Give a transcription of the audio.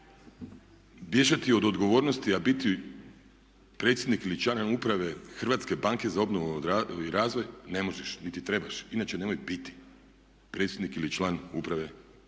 bježati od odgovornosti a biti predsjednikom ili članom uprave Hrvatske banke za obnovu i razvoj ne možeš, niti trebaš, inače nemoj biti predsjednik ili član uprave te banke.